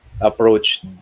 approach